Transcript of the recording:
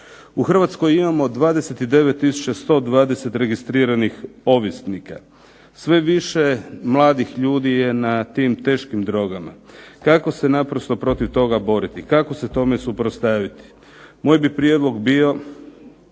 U Hrvatskoj imamo 29120 registriranih ovisnika. Sve više mladih ljudi je na tim teškim drogama. Kako se naprosto protiv toga boriti, kako se tome suprotstaviti. Moj bi prijedlog bio,